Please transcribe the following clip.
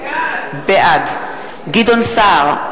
בעד גדעון סער,